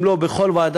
אם לא, אז בכל ועדה.